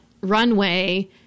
runway